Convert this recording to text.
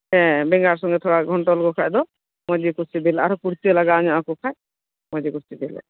ᱦᱮᱸ ᱵᱮᱸᱜᱟᱲ ᱥᱚᱸᱜᱮ ᱛᱷᱚᱲᱟ ᱜᱷᱚᱱᱴᱚ ᱞᱮᱠᱚ ᱠᱷᱟᱱ ᱫᱚ ᱢᱚᱡᱽ ᱜᱮᱠᱚ ᱥᱤᱵᱤᱞᱟ ᱟᱨᱦᱚᱸ ᱠᱩᱲᱪᱟᱹ ᱞᱟᱜᱟᱣ ᱧᱚᱜ ᱟᱠᱚ ᱠᱷᱟᱱ ᱢᱚᱡᱽ ᱜᱮᱠᱚ ᱥᱤᱵᱤᱞᱟ